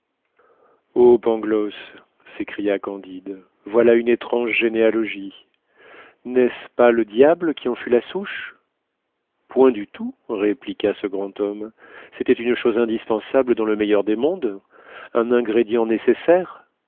pangloss s'écria candide voilà une étrange généalogie n'est-ce pas le diable qui en fut la souche point du tout répliqua ce grand homme c'était une chose indispensable dans le meilleur des mondes un ingrédient nécessaire